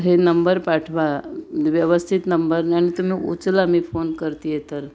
हे नंबर पाठवा व्यवस्थित नंबर आणि तुम्ही उचला मी फोन करते आहे तर